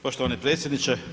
Poštovani predsjedniče.